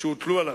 שהוטלו עליו,